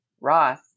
Ross